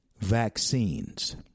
vaccines